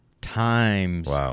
times